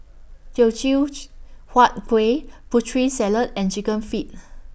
Teochew Huat Kueh Putri Salad and Chicken Feet